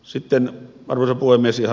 ihan lopuksi